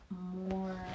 more